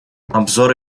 обзор